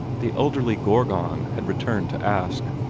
the elderly gorgon had returned to ask.